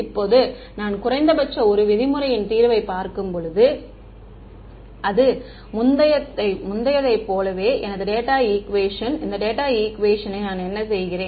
இப்போது நான் குறைந்தபட்ச 1 விதிமுறையின் தீர்வைப் பார்க்கும்போது இது முந்தையதைப் போலவே எனது டேட்டா ஈக்குவேஷன் இந்த டேட்டா ஈக்குவேஷனை நான் என்ன செய்கிறேன்